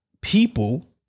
people